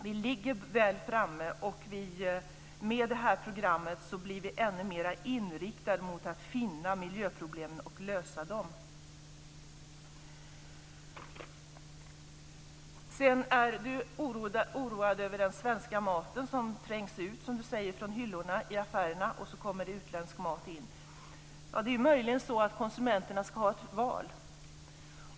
Vi ligger väl framme, och med det här programmet blir vi ännu mera inriktade mot att finna miljöproblemen och lösa dem. Eskil Erlandsson är oroad över den svenska maten, som trängs ut, som han säger, från hyllorna i affärerna. Utländsk mat kommer in. Det är möjligen så att konsumenterna ska ha ett val.